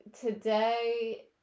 Today